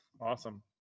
Awesome